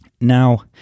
now